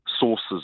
sources